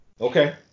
Okay